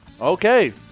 Okay